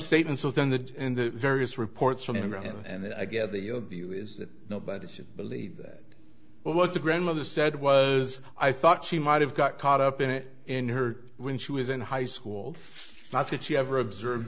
statements within the various reports from him and i gather your view is that nobody should believe that but what the grandmother said was i thought she might have got caught up in it in her when she was in high school i think she ever observed